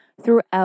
throughout